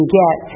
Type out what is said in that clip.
get